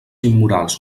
immorals